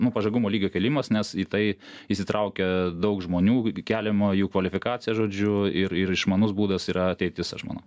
nu pažagumo lygio kėlimas nes į tai įsitraukia daug žmonių keliama jų kvalifikacija žodžiu ir ir išmanus būdas yra ateitis aš manau